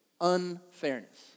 unfairness